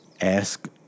ask